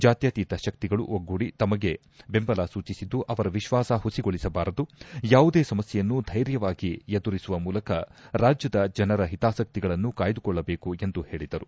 ಜ್ಯಾತ್ಕಾತೀತ ಶಕ್ತಿಗಳು ಒಗ್ಗೂಡಿ ತಮಗೆ ಬೆಂಬಲ ಸೂಚಿಸಿದ್ದು ಅವರ ವಿಶ್ವಾಸ ಹುಸಿಗೊಳಿಸಬಾರದು ಯಾವುದೇ ಸಮಸ್ಕೆಯನ್ನು ಧೈರ್ಯವಾಗಿ ಎದುರಿಸುವ ಮೂಲಕ ರಾಜ್ಯದ ಜನರ ಹಿತಾಸಕಿಗಳನ್ನು ಕಾಯ್ದುಕೊಳ್ಳಬೇಕೆಂದು ಹೇಳಿದರು